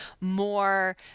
more